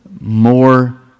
More